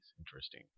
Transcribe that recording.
Interesting